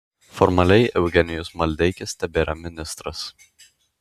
formaliai eugenijus maldeikis tebėra ministras